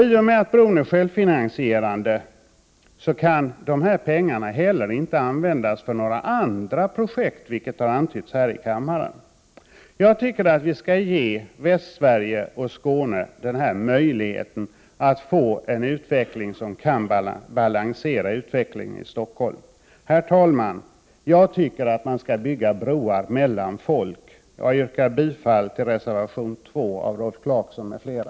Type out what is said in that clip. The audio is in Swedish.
I och med att bron är självfinansierande kan pengarna inte heller användas för några andra projekt, vilket har antytts här i kammaren. Jag tycker att vi skall ge Västsverige och Skåne denna möjlighet att få en utveckling som kan balansera utvecklingen i Stockholm. Herr talman! Jag tycker att man skall bygga broar mellan folk. Jag yrkar bifall till reservation 2 av Rolf Clarkson m.fl.